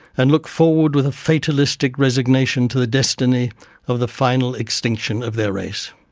and look forward with a fatalistic resignation to the destiny of the final extinction of their race.